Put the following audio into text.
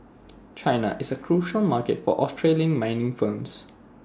China is A crucial market for Australian mining firms